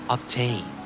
Obtain